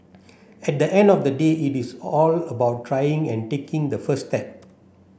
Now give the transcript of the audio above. at the end of the day it is all about trying and taking the first step